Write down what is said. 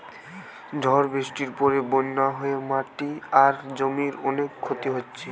ঝড় বৃষ্টির পরে বন্যা হয়ে মাটি আর জমির অনেক ক্ষতি হইছে